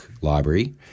library